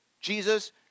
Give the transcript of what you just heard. Jesus